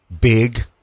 big